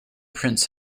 prince